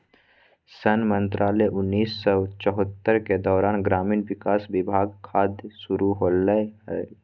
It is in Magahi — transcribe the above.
सन मंत्रालय उन्नीस सौ चैह्त्तर के दौरान ग्रामीण विकास विभाग खाद्य शुरू होलैय हइ